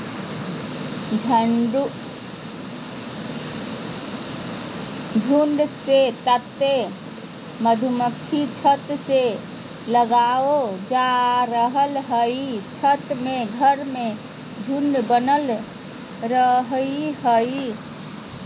झुंड से तात्पर्य मधुमक्खी छत्ता से लगावल जा रहल हई छत्ता में घर के झुंड बनल रहई हई